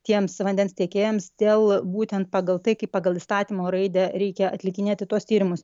tiems vandens tiekėjams dėl būtent pagal tai kaip pagal įstatymo raidę reikia atlikinėti tuos tyrimus